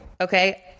okay